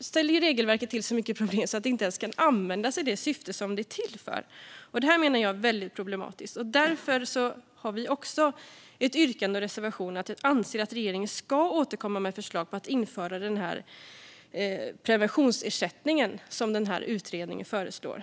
ställer regelverket till så mycket problem att det inte ens kan användas i det syfte det är till för. Jag menar att detta är väldigt problematiskt. Därför har vi ett yrkande och en reservation där vi anser att regeringen ska återkomma med förslag på att införa preventionsersättningen, som utredningen föreslår.